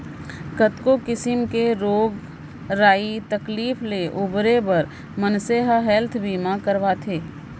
कतको किसिम के रोग राई तकलीफ ले उबरे बर मनसे ह हेल्थ बीमा करवाथे